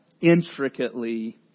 intricately